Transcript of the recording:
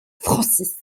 francis